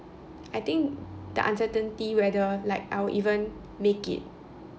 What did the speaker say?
I think the uncertainty whether like I would even make it